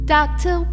Doctor